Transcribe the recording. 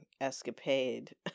escapade